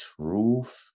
truth